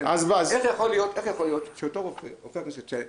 איך יכול להיות שרופא הכנסת,